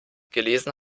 gelesen